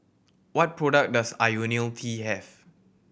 what products does Ionil T have